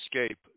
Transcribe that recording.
escape